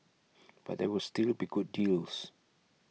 but there will still be good deals